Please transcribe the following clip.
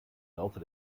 laufe